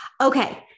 Okay